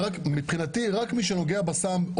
מבחינתי רק מי שנוגע בסם,